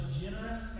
generous